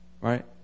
Right